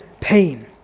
pain